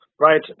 right